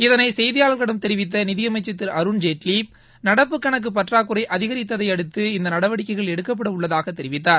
இதனை செய்தியாளர்களிடம் தெரிவித்த நிதி அமைச்ச் திரு அருண்ஜேட்வி நடப்பு கணக்கு பற்றாக்குறை அதிகித்ததை அடுத்து இந்த நடவடிக்கைகள் எடுக்கப்பட உள்ளதாகத் தெரிவித்தர்